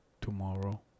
tomorrow